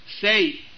Say